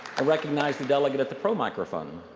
i recognize the delegate at the pro microphone.